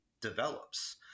develops